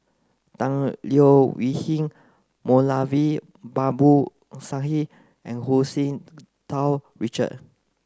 Tan Leo Wee Hin Moulavi Babu Sahib and Hu Tsu Tau Richard